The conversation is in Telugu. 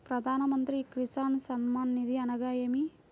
ప్రధాన మంత్రి కిసాన్ సన్మాన్ నిధి అనగా ఏమి?